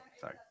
sorry